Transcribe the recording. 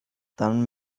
dann